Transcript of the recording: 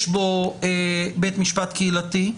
יש בו בית משפט קהילתי,